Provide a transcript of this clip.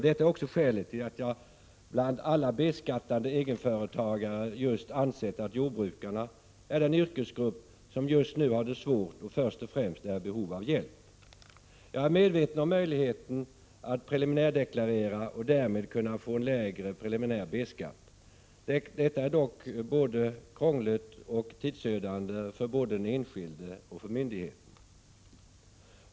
Det är också skälet till att jag ansett att bland alla B-skattande egenföretagare just jordbrukarna är den yrkesgrupp som nu har det svårt och först och främst är i behov av hjälp. Jag är medveten om möjligheten att preliminärdeklarera och därmed kunna få lägre preliminär B-skatt. Detta är dock både krångligt och tidsödande för såväl den enskilde som myndigheten.